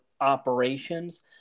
operations